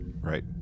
Right